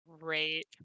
Great